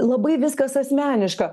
labai viskas asmeniška